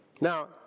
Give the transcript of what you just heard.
Now